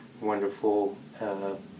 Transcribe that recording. wonderful